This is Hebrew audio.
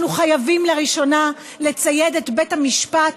אנחנו חייבים לראשונה לצייד את בית המשפט